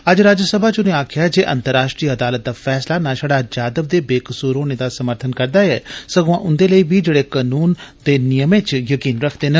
अज्ज राज्यसभा च उनें आक्खेआ जे अंतर्राश्ट्रीय अदालत दा फैसला ना षड़ा जाधव दे बेकसूर होने दा समर्थन करदा ऐ संगुआ उन्दे लेई बी जेड़े कनून दे नियमें च यकीन करदे न